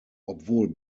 obwohl